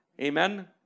Amen